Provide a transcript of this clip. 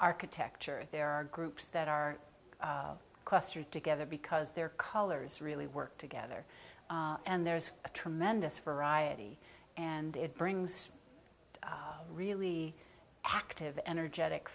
architecture and there are groups that are clustered together because their colors really work together and there's a tremendous variety and it brings really active energetic